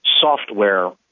software